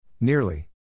Nearly